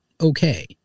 okay